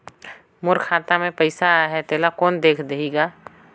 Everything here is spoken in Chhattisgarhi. मोर खाता मे पइसा आहाय तेला कोन देख देही गा?